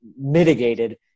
mitigated